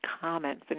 comments